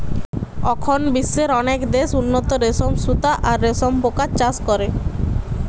অখন বিশ্বের অনেক দেশ উন্নত রেশম সুতা আর রেশম পোকার চাষ করে